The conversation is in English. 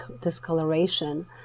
discoloration